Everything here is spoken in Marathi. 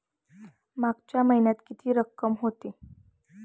मागच्या महिन्यात किती रक्कम होती?